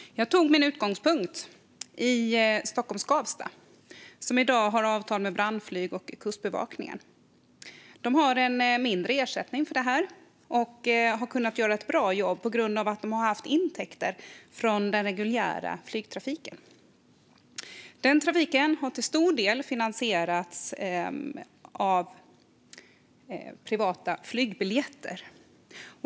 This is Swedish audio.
Jag tog min utgångspunkt i Stockholm Skavsta, som i dag har avtal med brandflyg och kustbevakning. Flygplatsen får en mindre ersättning för detta, och de har kunnat göra ett bra jobb tack vare intäkter från den reguljära flygtrafiken. Den trafiken har till stor del finansierats av intäkter från privata flygbiljetter.